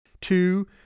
Two